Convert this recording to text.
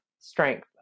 strength